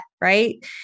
Right